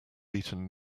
eaten